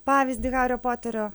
pavyzdį hario poterio